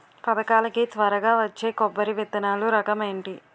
పథకాల కి త్వరగా వచ్చే కొబ్బరి విత్తనాలు రకం ఏంటి?